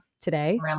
today